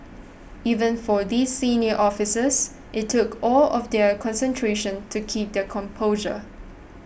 even for these senior officers it took all of their concentration to keep their composure